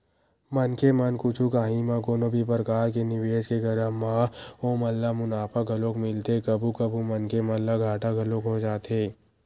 मनखे मन कुछु काही म कोनो भी परकार के निवेस के करब म ओमन ल मुनाफा घलोक मिलथे कभू कभू मनखे मन ल घाटा घलोक हो जाथे